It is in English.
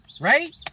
Right